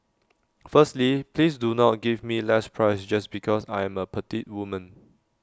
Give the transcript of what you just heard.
firstly please do not give me less price just because I am A petite woman